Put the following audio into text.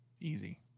easy